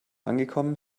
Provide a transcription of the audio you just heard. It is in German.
angekommen